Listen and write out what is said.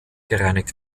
gereinigt